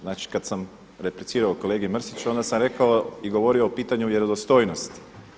Znači kad sam replicirao kolegi Mrsiću onda sam rekao i govorio o pitanju vjerodostojnosti.